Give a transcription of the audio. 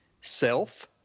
self